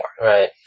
Right